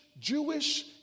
Jewish